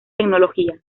tecnología